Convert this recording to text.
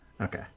Okay